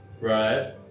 right